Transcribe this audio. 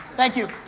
thank you.